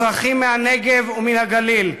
אזרחים מהנגב ומהגליל,